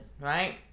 right